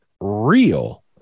real